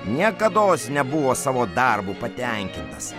niekados nebuvo savo darbu patenkintas